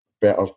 better